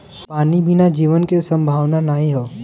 पानी बिना जीवन के संभावना नाही हौ